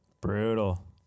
Brutal